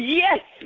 yes